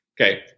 Okay